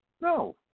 No